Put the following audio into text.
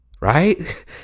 Right